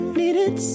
needed